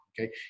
okay